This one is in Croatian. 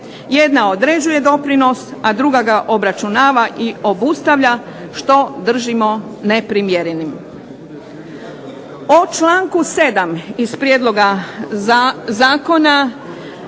jedna određuje doprinos, a druga ga obračunava i obustavlja što držimo neprimjerenim. O članku 7. iz prijedloga zakona